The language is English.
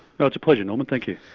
and it's a pleasure norman thank you.